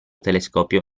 telescopio